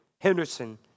Henderson